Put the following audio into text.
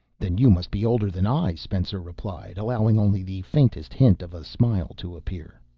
then you must be older than i, spencer replied, allowing only the faintest hint of a smile to appear.